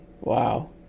Wow